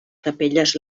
capelles